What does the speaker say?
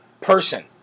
person